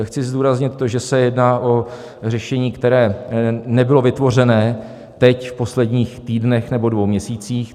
Chci zdůraznit to, že se jedná o řešení, které nebylo vytvořené teď v posledních týdnech nebo dvou měsících.